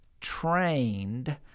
trained